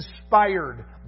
inspired